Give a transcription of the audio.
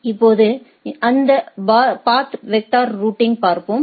இப்போது அந்த path vector ரூட்டிஙை பார்ப்போம்